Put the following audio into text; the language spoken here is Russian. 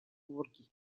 георгий